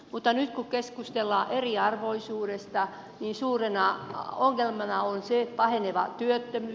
mutta nyt kun keskustellaan eriarvoisuudesta suurena ongelmana on se paheneva työttömyys